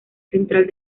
central